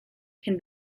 can